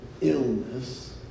illness